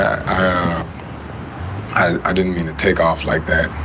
um i didn't mean to take off like that.